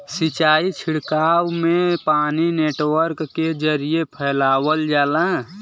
सिंचाई छिड़काव में पानी नेटवर्क के जरिये फैलावल जाला